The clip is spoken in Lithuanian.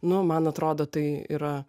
nu man atrodo tai yra